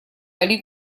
али